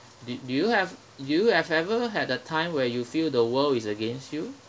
did do you have do you have ever had a time where you feel the world is against you